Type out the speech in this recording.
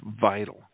vital